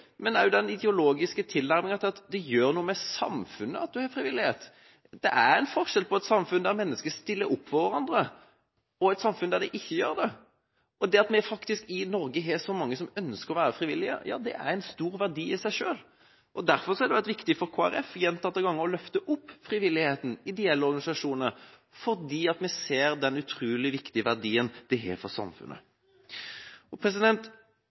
men også den ideologiske tilnærminga – det gjør noe med samfunnet at en har frivillighet. Det er forskjell på et samfunn der mennesker stiller opp for hverandre, og et samfunn der de ikke gjør det. Det at vi i Norge har så mange som ønsker å være frivillige, er en stor verdi i seg selv. Derfor har det vært viktig for Kristelig Folkeparti gjentatte ganger å løfte opp frivilligheten, ideelle organisasjoner, fordi vi ser den utrolig viktige verdien det har for samfunnet. Det som interpellanten peker på, å løfte engasjementet, er helt avgjørende, at vi fra politisk hold er med og